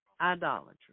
idolatry